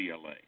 CLA